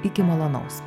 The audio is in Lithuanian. iki malonaus